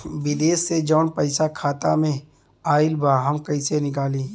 विदेश से जवन पैसा खाता में आईल बा हम कईसे निकाली?